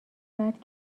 بعد